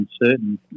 uncertain